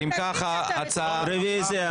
רוויזיה.